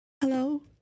Hello